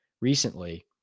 recently